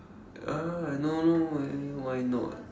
ya I don't know eh why not